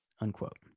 Unquote